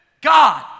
God